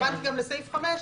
התכוונתי גם לסעיף 5,